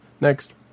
next